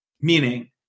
meaning